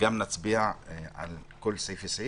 גם נצביע על כל סעיף וסעיף,